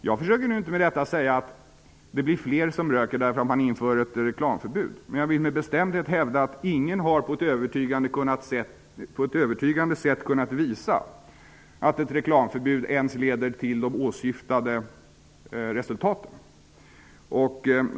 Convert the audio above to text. Jag försöker med detta inte säga att det blir fler som röker därför att man inför ett reklamförbud. Men jag vill med bestämdhet hävda att ingen på ett övertygande sätt har kunnat visa att ett reklamförbud ens leder till de åsyftade resultaten.